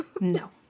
No